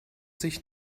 sich